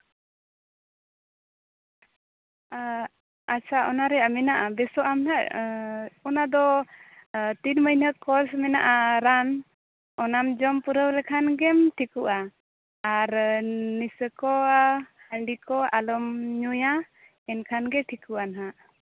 ᱟᱪᱪᱷᱟ ᱚᱱᱟ ᱨᱮᱭᱟᱜ ᱢᱮᱱᱟᱜᱼᱟ ᱵᱮᱥᱚᱜᱼᱟᱢ ᱦᱟᱸᱜ ᱚᱱᱟ ᱫᱚ ᱛᱤᱱ ᱢᱟᱭᱱᱮ ᱠᱳᱨᱥ ᱢᱮᱱᱟᱜᱼᱟ ᱨᱟᱱ ᱚᱱᱟᱢ ᱡᱚᱢ ᱯᱩᱨᱟᱹᱣ ᱞᱮᱠᱷᱟᱱ ᱜᱮᱢ ᱴᱷᱤᱠᱚᱜᱼᱟ ᱟᱨ ᱱᱤᱥᱟᱹ ᱠᱚ ᱦᱟᱺᱰᱤ ᱠᱚ ᱟᱞᱚᱢ ᱧᱩᱭᱟ ᱮᱱᱠᱷᱟᱱ ᱜᱮ ᱴᱷᱤᱠᱚᱜᱼᱟ ᱱᱟᱜ